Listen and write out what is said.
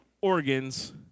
organs